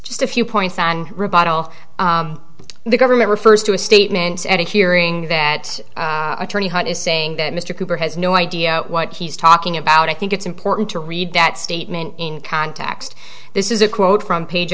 just a few points on rebuttal the government refers to a statement at a hearing that attorney is saying that mr cooper has no idea what he's talking about i think it's important to read that statement in context this is a quote from page